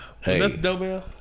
Hey